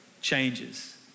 changes